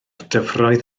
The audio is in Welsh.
dyfroedd